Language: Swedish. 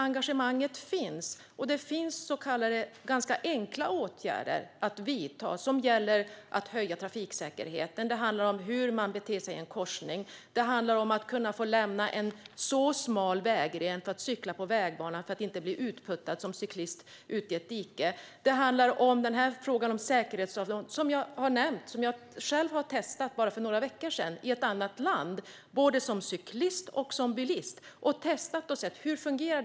Engagemanget finns, och det finns ganska enkla åtgärder att vidta för att höja trafiksäkerheten. Det handlar om hur man beter sig i en korsning och om att kunna få lämna en smal vägren för att cykla på vägbanan för att som cyklist inte bli utputtad i ett dike. Det handlar om frågan om säkerhetsavstånd, som jag har nämnt och som jag själv testade för bara några veckor sedan i ett annat land både som cyklist och som bilist. Jag har alltså testat och sett hur det fungerar.